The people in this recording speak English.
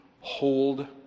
hold